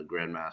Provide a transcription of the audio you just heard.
Grandmaster